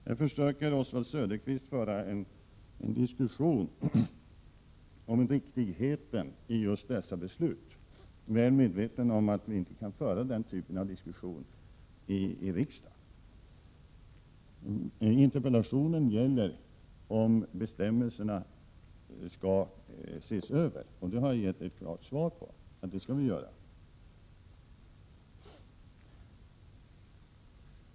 Nu försöker Oswald Söderqvist få till stånd en diskussion om riktigheten i just dessa beslut — väl medveten om att vi inte kan föra den typen av diskussion här i riksdagen. Vad interpellationen gäller är ju om bestämmelserna i detta sammanhang skall ses över. På den punkten har jag gett ett klart besked, dvs. att vi skall göra det.